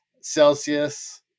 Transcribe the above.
Celsius